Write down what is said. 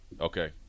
Okay